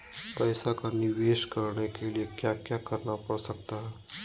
पैसा का निवेस करने के लिए क्या क्या करना पड़ सकता है?